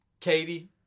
Katie